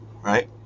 right